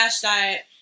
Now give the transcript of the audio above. diet